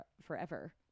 forever